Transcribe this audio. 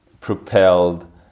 propelled